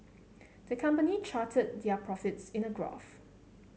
the company charted their profits in a graph